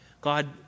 God